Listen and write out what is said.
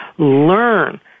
learn